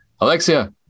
Alexia